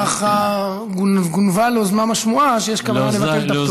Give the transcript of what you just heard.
ככה גונבה לאוזנם השמועה שיש כוונה לבטל את הפטור.